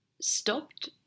stopped